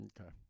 okay